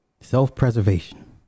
self-preservation